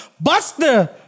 Buster